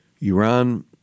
Iran